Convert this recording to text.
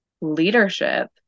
leadership